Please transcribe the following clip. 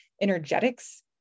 energetics